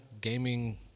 gaming